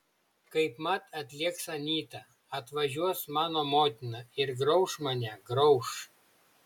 kaipmat atlėks anyta atvažiuos mano motina ir grauš mane grauš